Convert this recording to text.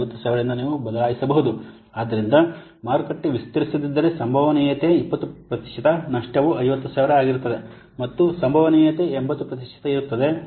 ಆದ್ದರಿಂದ ಮಾರುಕಟ್ಟೆ ವಿಸ್ತರಿಸದಿದ್ದರೆ ಸಂಭವನೀಯತೆ 20 ಪ್ರತಿಶತ ನಷ್ಟವು 50000 ಆಗಿರುತ್ತದೆ ಮತ್ತು ಸಂಭವನೀಯತೆ 80 ಪ್ರತಿಶತ ಇರುತ್ತದೆ